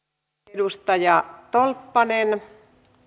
edustaja tolppanen